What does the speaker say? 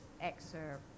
excerpt